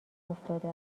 افتاده